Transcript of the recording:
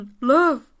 love